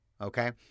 okay